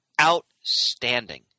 outstanding